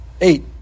Eight